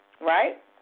right